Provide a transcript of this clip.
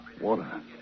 Water